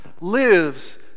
lives